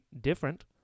different